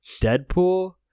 Deadpool